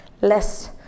less